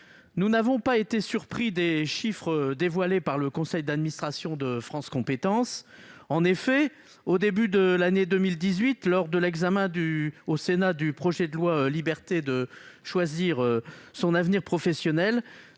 Nous n'avons pas été surpris par les chiffres que le conseil d'administration de France compétences a dévoilés. En effet, au début de l'année 2018, lors de l'examen au Sénat du projet de loi pour la liberté de choisir son avenir professionnel,